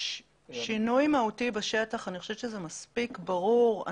שינוי מהותי בשטח, אני חושבת שזה מספיק ברור.